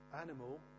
animal